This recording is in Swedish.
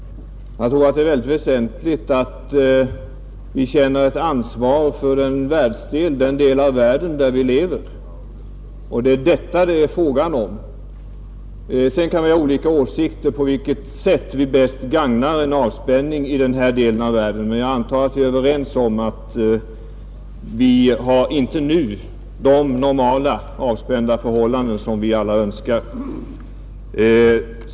Jag tror att det är väsentligt att vi känner ansvar för den del av världen där vi lever. Det är detta som frågan gäller. Sedan kan vi ha olika åsikter om på vilket sätt vi bäst gagnar en avspänning i denna del av världen, men jag antar att vi är överens om att vi inte nu har de normala, avspända förhållanden som vi alla önskar.